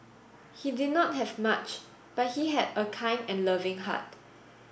he did not have much but he had a kind and loving heart